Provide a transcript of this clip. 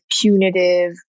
punitive